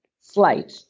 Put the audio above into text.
slight